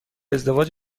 ازدواج